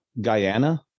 Guyana